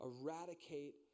eradicate